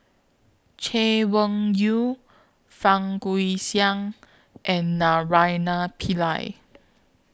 Chay Weng Yew Fang Guixiang and Naraina Pillai